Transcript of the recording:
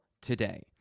today